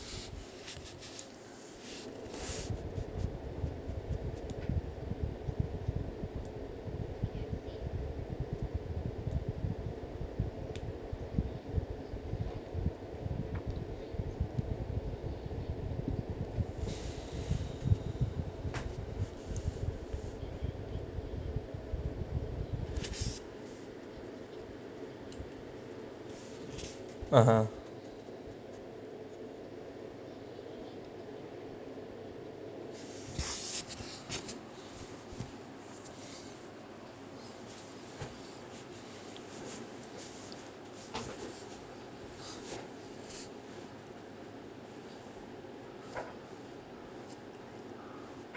(uh huh)